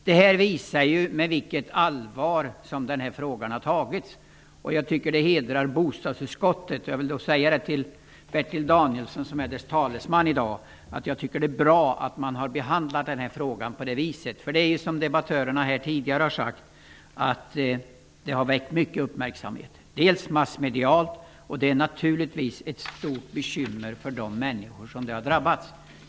Det visar med vilket allvar som frågan har tagits. Det hedrar bostadsutskottet -- det vill jag säga till Bertil Danielsson som är utskottets talesman i dag -- att det är bra att man har behandlat den här frågan på det här viset. Som mina meddebattörer tidigre sagt har denna fråga väckt stor uppmärksamhet i massmedierna. Elöverkänslighet är ett stort bekymmer för de människor som har drabbats.